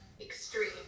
extreme